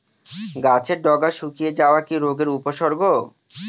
গাছের ডগা শুকিয়ে যাওয়া কি রোগের উপসর্গ?